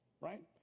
right